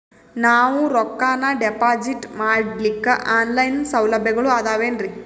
ನಾವು ರೊಕ್ಕನಾ ಡಿಪಾಜಿಟ್ ಮಾಡ್ಲಿಕ್ಕ ಆನ್ ಲೈನ್ ಸೌಲಭ್ಯಗಳು ಆದಾವೇನ್ರಿ?